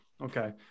Okay